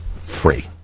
free